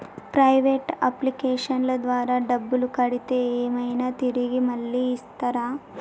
Private అప్లికేషన్ల ద్వారా డబ్బులు కడితే ఏమైనా తిరిగి మళ్ళీ ఇస్తరా?